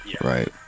right